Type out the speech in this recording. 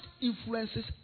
influences